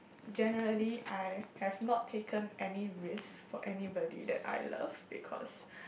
generally I have not taken any risk for anybody that I love because